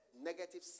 negative